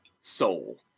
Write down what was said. soul